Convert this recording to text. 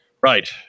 Right